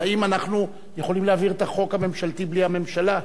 אבל האם אנחנו יכולים להעביר את החוק הממשלתי בלי הממשלה?